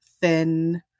thin